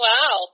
Wow